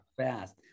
Fast